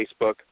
Facebook